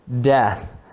death